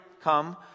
come